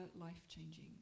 life-changing